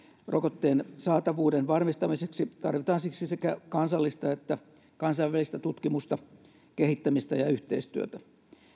rokotteen saatavuuden varmistamiseksi tarvitaan siksi sekä kansallista että kansainvälistä tutkimusta kehittämistä ja yhteistyötä